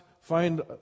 find